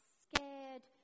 scared